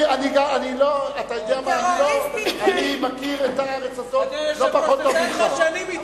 מה אכפת לך?